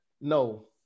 no